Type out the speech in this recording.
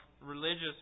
religious